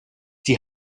die